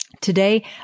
Today